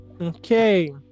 Okay